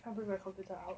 can't bring my computer out